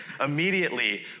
Immediately